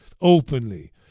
openly